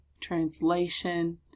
translation